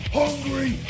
hungry